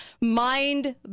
mind